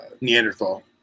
Neanderthal